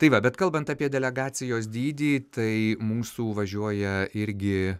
tai va bet kalbant apie delegacijos dydį tai mūsų važiuoja irgi